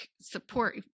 support